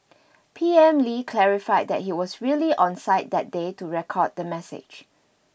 P M Lee clarified that he was really on site that day to record the message